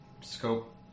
scope